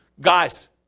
guys